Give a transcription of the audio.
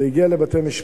זה הגיע לבתי-משפט.